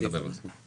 נדבר על זה.